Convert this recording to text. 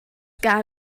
gar